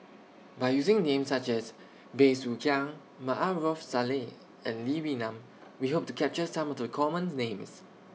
By using Names such as Bey Soo Khiang Maarof Salleh and Lee Wee Nam We Hope to capture Some of The commons Names